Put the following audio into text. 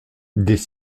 des